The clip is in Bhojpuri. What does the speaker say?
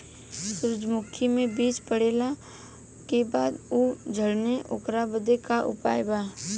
सुरजमुखी मे बीज पड़ले के बाद ऊ झंडेन ओकरा बदे का उपाय बा?